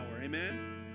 Amen